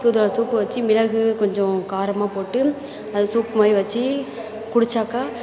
தூதுவளை சூப்பு வச்சு மிளகு கொஞ்சம் காரமாக போட்டு அதை சூப் மாதிரி வச்சு குடித்தாக்கா